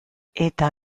eta